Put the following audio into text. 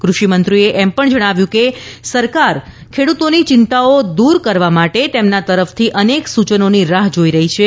કૃષિ મંત્રીએ એમ પણ જણાવ્યુ કે સરકાર ખેડૂતોની ચિંતાઓ દૂર કરવા માટે તેમના તરફથી અનેક સૂચનોની રાહ્ જોઈ રહી છે